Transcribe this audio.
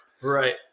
right